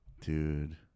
Dude